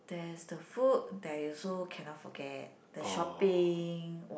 there is the food there is also cannot forget the shopping